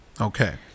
Okay